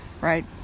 Right